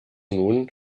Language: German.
nun